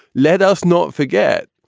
let us not forget